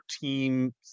team